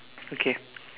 okay